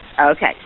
Okay